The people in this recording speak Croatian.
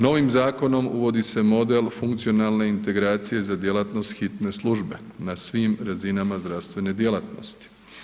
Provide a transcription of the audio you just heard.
Novim zakonom uvodi se model funkcionalne integracije za djelatnost hitne službe na svim razinama zdravstvene djelatnosti.